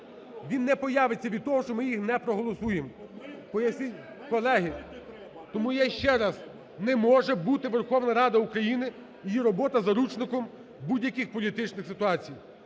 Він не появиться від того, що ми їх не проголосуємо. Колеги, тому я ще раз: не може бути Верховна Рада України, її робота заручником будь-яких політичних ситуацій.